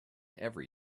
every